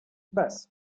bez